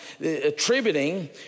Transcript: attributing